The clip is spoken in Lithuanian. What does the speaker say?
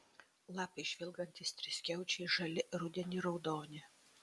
lapai žvilgantys triskiaučiai žali rudenį raudoni